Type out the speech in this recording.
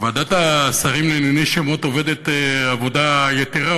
ועדת השרים לענייני שמות עובדת עבודה יתרה,